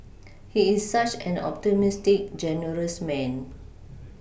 he is such an optimistic generous man